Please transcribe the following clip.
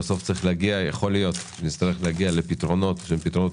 יכול להיות שנצטרך להגיע לפתרונות שהם פתרונות